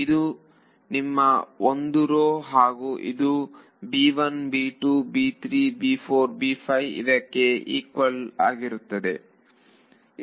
ಇದು ನಿಮ್ಮ ಒಂದು ರೋ ಹಾಗೂ ಇದು ಇದಕ್ಕೆ ಈಕ್ವಲ್ ಆಗುತ್ತದೆ